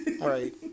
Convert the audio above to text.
right